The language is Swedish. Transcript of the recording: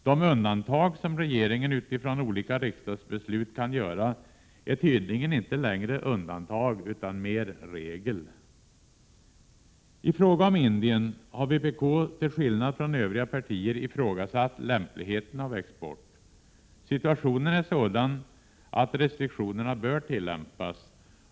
De undantag som regeringen utifrån olika riksdagsbeslut kan göra är tydligen inte längre undantag utan regel. Beträffande Indien har vpk till skillnad från övriga partier ifrågasatt lämpligheten av export. Situationen är sådan att restriktionerna bör tillämpas.